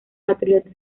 patriota